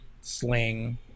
Sling